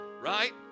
right